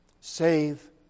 Save